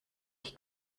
qui